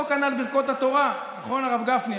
אותו כנ"ל ברכות התורה, נכון, הרב גפני?